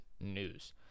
news